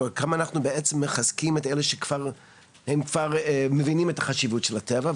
אבל כמה אנחנו בעצם מחזקים את אלו שכבר מבינים את החשיבות של הטבע,